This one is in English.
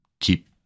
keep